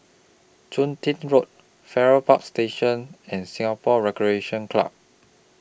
Chun Tin Road Farrer Park Station and Singapore Recreation Club